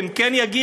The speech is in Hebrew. הם כן יגיעו,